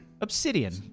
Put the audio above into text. Obsidian